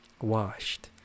washed